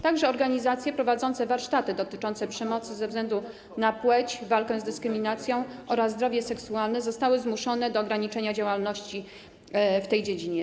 Także organizacje prowadzące warsztaty dotyczące przemocy ze względu na płeć, walkę z dyskryminacją oraz zdrowie seksualne zostały zmuszone do ograniczenia działalności w tej dziedzinie.